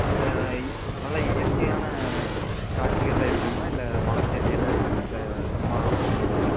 அங்கே நல்ல இயற்கையான காட்சிகளெலாம் இருக்குமா இல்லை மரம் செடிகளெலாம் இருக்குமா இல்லை சும்மா ஒன்றும் இல்லாமல்